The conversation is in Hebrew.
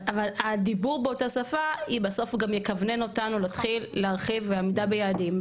אבל הדיבור באותה שפה בסוף גם יכוונן אותנו להתחיל להרחיב עמידה ביעדים.